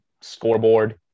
Scoreboard